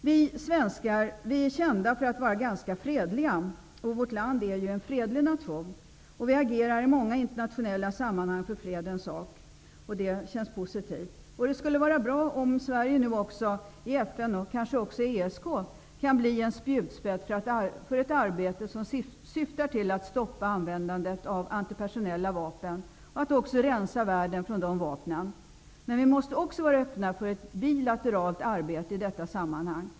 Vi svenskar är kända för att vara ganska fredliga. Vårt land är en fredlig nation. Vi agerar i många internationella sammanhang för fredens sak. Det känns positivt. Det skulle vara bra om Sverige också i FN, och kanske även i ESK, kan bli en spjutspets för ett arbete som syftar till att stoppa användandet av antipersonella vapen och att rensa världen från de vapnen. Men vi måste också vara öppna för ett bilateralt arbete i detta sammanhang.